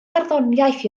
barddoniaeth